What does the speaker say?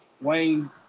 Wayne